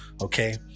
Okay